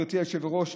גברתי היושבת-ראש,